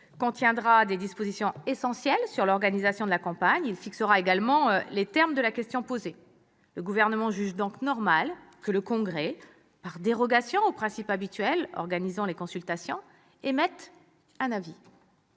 contiendra des dispositions essentielles sur l'organisation de la campagne. Il fixera également les termes de la question posée. Le Gouvernement juge donc normal que le congrès, par dérogation aux principes habituels organisant les consultations, émette un avis.